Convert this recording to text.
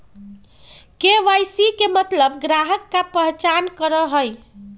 KYC के मतलब ग्राहक का पहचान करहई?